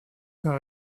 par